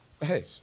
Hey